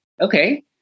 okay